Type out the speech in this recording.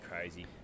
crazy